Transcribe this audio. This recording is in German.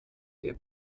der